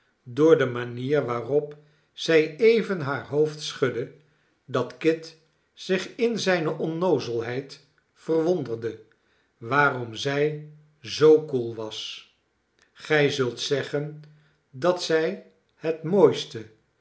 door de manier waarop zij even haar hoofd schudde dat kit zich in zijne onnoozelheid verwonderde waarom zij zoo koel was gij zult zeggen dat zij het mooiste